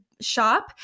shop